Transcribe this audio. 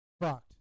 fucked